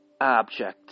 object